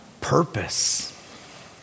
purpose